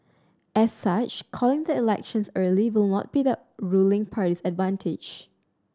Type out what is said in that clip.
as such calling the elections early will not be the ruling party's advantage